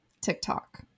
TikTok